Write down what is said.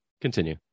Continue